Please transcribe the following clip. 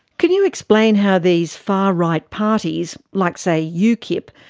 can you explain how these far right parties like, say, ukip,